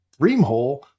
Dreamhole